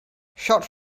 shots